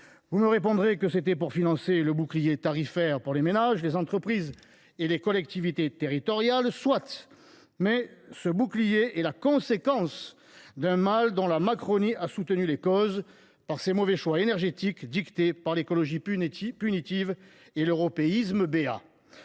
Vous me direz qu’il s’agissait de financer le bouclier tarifaire pour les ménages, les entreprises et les collectivités territoriales. Soit. Reste que ce bouclier est la conséquence d’un mal dont la Macronie a soutenu les causes par ses mauvais choix énergétiques, dictés par l’écologie punitive et l’européisme béat.